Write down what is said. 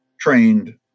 trained